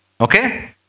Okay